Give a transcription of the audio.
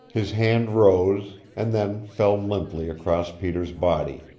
his hand rose, and then fell limply across peter's body.